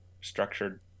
structured